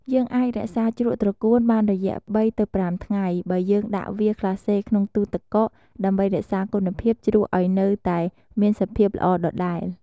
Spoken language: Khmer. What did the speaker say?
យើងអាចរក្សាជ្រក់ត្រកួនបានរយៈ ៣ ទៅ ៥ថ្ងៃ បើយើងដាក់វាក្លាស្លេក្នុងទូទឹកកក ដើម្បីរក្សាគុណភាពជ្រក់ឱ្យនៅតែមានសភាពល្អដដែល។